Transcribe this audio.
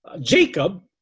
Jacob